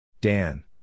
Dan